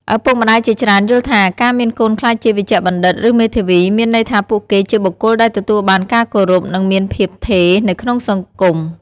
ឪពុកម្ដាយជាច្រើនយល់ថា ការមានកូនក្លាយជាវេជ្ជបណ្ឌិត ឬមេធាវី មានន័យថាពួកគេជាបុគ្គលដែលទទួលបានការគោរព និងមានភាពថេរនៅក្នុងសង្គម។